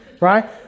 right